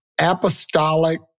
apostolic